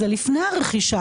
זה לפני הרכישה.